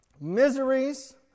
miseries